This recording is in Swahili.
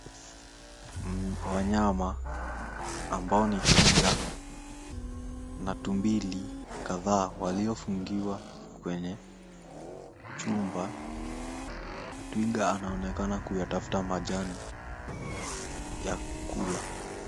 Wanyama ambao ni twiga na tumbili kadhaa waliofungiwa kwenye chumba na twiga anaonekana kuyatafuta majani ya kukula.